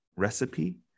recipe